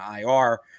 IR